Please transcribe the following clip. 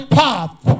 path